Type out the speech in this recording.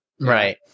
Right